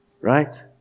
right